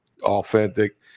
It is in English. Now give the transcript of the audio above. authentic